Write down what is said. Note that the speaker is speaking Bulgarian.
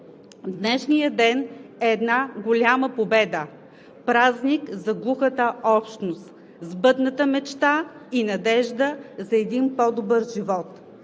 днешния ден е една голяма победа, празник за глухата общност, сбъдната мечта и надежда за един по-добър живот!